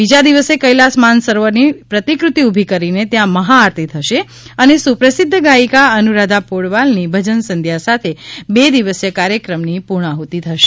બીજા દિવસે કેલાસ માનસરોવરની પ્રતિકૃતિ ઊભી કરીને ત્યાં મહાઆરતી થશે અને સુપ્રસિદ્ધ ગાયિકા અનુરાધા પૌડવાલની ભજન સંધ્યા સાથે બે દિવસીય કાર્યક્રમની પૂર્ણાહુતિ થશે